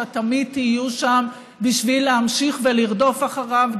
שתמיד תהיו שם בשביל להמשיך ולרדוף אחריו,